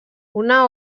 una